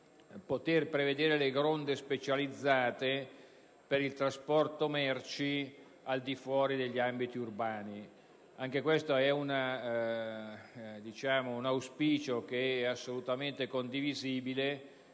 poter prevedere delle gronde specializzate per il trasporto merci al di fuori degli ambiti urbani. Anche in questo caso si tratta di un auspicio assolutamente condivisibile,